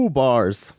bars